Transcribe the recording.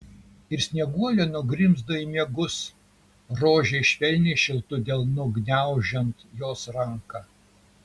ir snieguolė nugrimzdo į miegus rožei švelniai šiltu delnu gniaužiant jos ranką